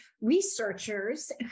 researchers